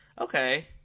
Okay